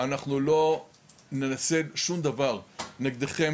אנחנו לא נעשה שום דבר נגדכם,